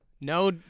No